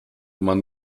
man